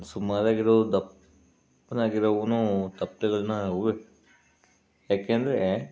ಸುಮಾರಾಗಿರೋದು ದಪ್ಪನಾಗಿರೋವ್ನು ತಪ್ಪಲೆಗಳನ್ನ ಯಾಕೆಂದ್ರೆ